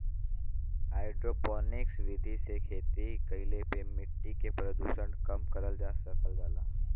hydroponics विधि से खेती कईले पे मट्टी के प्रदूषण कम करल जा सकल जाला